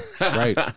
Right